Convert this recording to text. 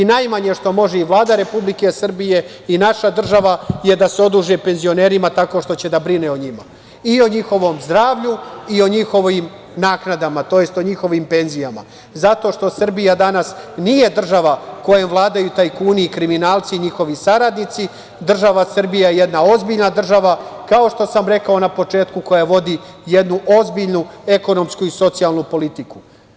Najmanje što može i Vlada Republike Srbije i naša država je da se oduži penzionerima tako što će da brine o njima, i o njihovom zdravlju i o njihovim naknadama, tj. o njihovim penzijama, zato što Srbija danas nije država kojom vladaju tajkuni i kriminalci i njihovi saradnici, država Srbija je jedna ozbiljna država, kao što sam rekao na početku, koja vodi jednu ozbiljnu ekonomsku i socijalnu politiku.